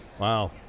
Wow